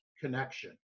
connection